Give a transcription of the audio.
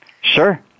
Sure